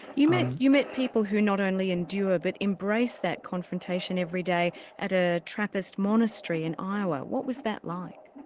you met you met people who not only endure but embrace that confrontation every day at a trappist monastery in iowa what was that like?